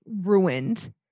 ruined